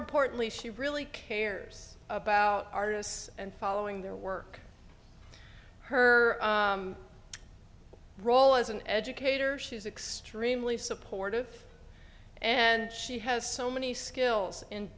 importantly she really cares about artists and following their work her role as an educator she is extremely supportive and she has so many skills and